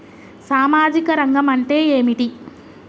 సామాజిక రంగం అంటే ఏమిటి?